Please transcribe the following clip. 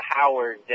Howard